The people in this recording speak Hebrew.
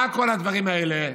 מה כל הדברים האלה,